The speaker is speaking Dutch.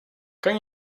kan